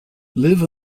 live